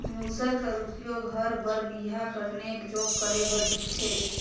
मूसर कर उपियोग हर बर बिहा कर नेग जोग करे बर दिखथे